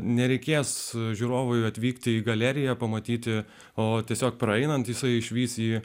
nereikės žiūrovui atvykti į galeriją pamatyti o tiesiog praeinant jisai išvys jį